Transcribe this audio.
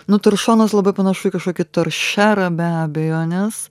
nu toršonas labai panašu į kažkokį toršerą be abejonės